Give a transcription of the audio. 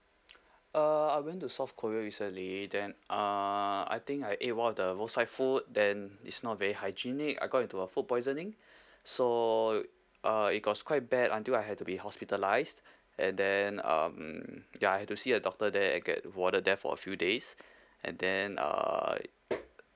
uh I went to south korea recently then uh I think I ate one of the roadside food then it's not very hygienic I got into a food poisoning so uh it got quite bad until I had to be hospitalised and then um ya I had to see a doctor there and get warded there for a few days and then uh